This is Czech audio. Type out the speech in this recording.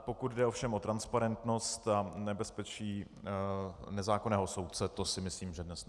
Pokud jde ovšem o transparentnost a nebezpečí nezákonného soudce, to si myslím, že dnes nehrozí.